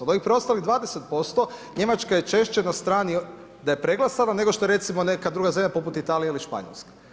Od ovih preostalih 20% Njemačka je češće na strani da je preglasana nego što je recimo neka druga zemlja poput Italije ili Španjolske.